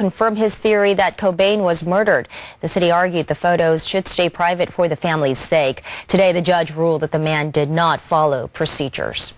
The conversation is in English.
confirm his theory that cobain was murdered the city argued the photos should stay private for the family's sake today the judge ruled that the man did not follow procedures